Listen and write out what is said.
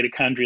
mitochondrial